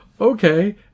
Okay